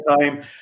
time